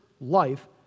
life